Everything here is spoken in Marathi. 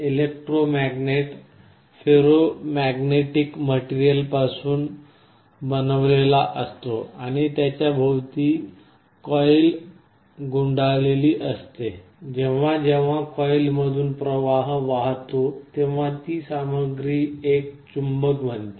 इलेक्ट्रोमॅग्नेट फेरोमॅग्नेटिक मटेरियलपासून बनवलेला असतो आणि त्याच्या भोवताली कॉइल गुंडाळलेली असते जेव्हा जेव्हा कॉइलमधून प्रवाह वाहतो तेव्हा ती सामग्री एक चुंबक बनते